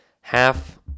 half